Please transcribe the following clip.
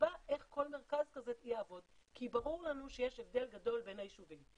שתקבע איך כל מרכז כזה יעבוד כי ברור לנו שיש הבדל גדול בין היישובים.